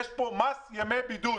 יש פה מס ימי בידוד.